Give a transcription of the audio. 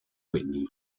witney